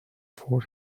for